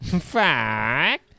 Fuck